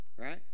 Right